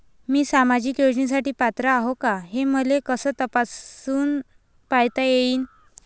मी सामाजिक योजनेसाठी पात्र आहो का, हे मले कस तपासून पायता येईन?